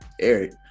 Eric